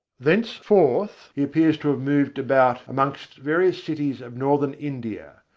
thenceforth he appears to have moved about amongst various cities of northern india,